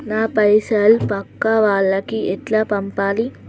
నా పైసలు పక్కా వాళ్లకి ఎట్లా పంపాలి?